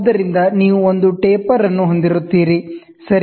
ಆದ್ದರಿಂದ ನೀವು ಒಂದು ಟೇಪರ್ ಅನ್ನು ಹೊಂದಿರುತ್ತೀರಿ ಸರಿ